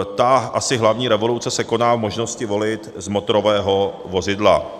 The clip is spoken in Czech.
Ta asi hlavní revoluce se koná v možnosti volit z motorového vozidla.